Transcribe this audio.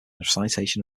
recitation